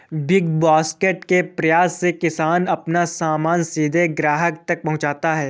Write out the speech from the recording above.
big Basket के प्रयास से किसान अपना सामान सीधे ग्राहक तक पहुंचाता है